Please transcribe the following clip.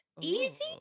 Easy